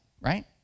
right